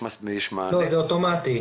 לא, זה מענה אוטומטי.